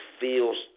feels